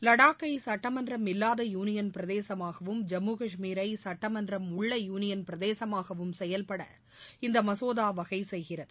லடாக்கை சட்டமன்றம் இல்லாத யூனியன் பிரதேசமாகவும் ஜம்மு கஷ்மீரை சட்டமன்றம் உள்ள யுனியன் பிரதேசமாகவும் செயல்பட இந்த மசோதா வகை செய்கிறது